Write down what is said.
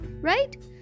right